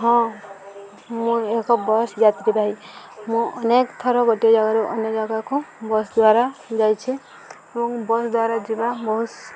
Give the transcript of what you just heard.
ହଁ ମୁଁ ଏକ ବସ୍ ଯାତ୍ରୀ ଭାଇ ମୁଁ ଅନେକ ଥର ଗୋଟିଏ ଜାଗାରୁ ଅନ୍ୟ ଜାଗାକୁ ବସ୍ ଦ୍ୱାରା ଯାଇଛି ଏବଂ ବସ୍ ଦ୍ୱାରା ଯିବା ବହୁତ